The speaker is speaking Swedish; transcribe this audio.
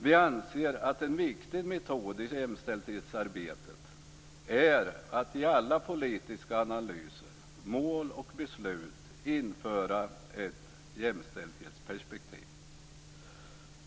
Vi anser att en viktig metod i jämställdhetsarbetet är att i alla politiska analyser, mål och beslut införa ett jämställdhetsperspektiv.